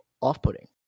off-putting